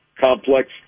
complex